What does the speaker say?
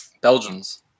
Belgians